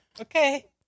Okay